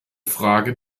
frage